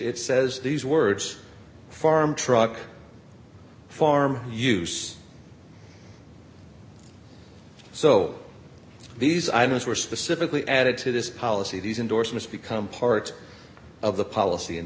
it says these words farm truck farm use so these items were specifically added to this policy these endorsements become part of the policy and